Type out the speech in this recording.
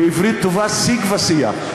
בעברית טובה: שיג ושיח,